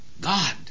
God